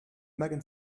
megan